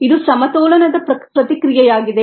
ಇದು ಸಮತೋಲನದ ಪ್ರತಿಕ್ರಿಯೆಯಾಗಿದೆ